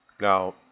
Now